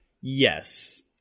Yes